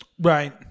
Right